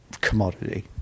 commodity